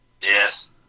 Yes